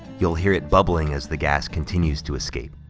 you'll hear it bubbling as the gas continues to escape.